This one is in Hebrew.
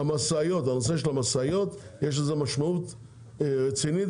למשאיות יש משמעות רצינית,